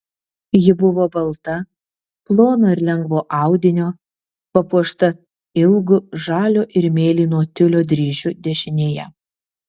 ji buvo balta plono ir lengvo audinio papuošta ilgu žalio ir mėlyno tiulio dryžiu dešinėje